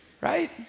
right